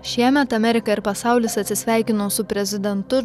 šiemet amerika ir pasaulis atsisveikino su prezidentu